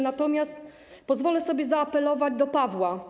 Natomiast pozwolę sobie zaapelować do Pawła